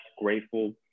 grateful